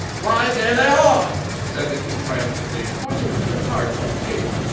why, there they are! said the king triumphantly, pointing to the tarts on the table.